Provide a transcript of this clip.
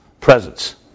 presence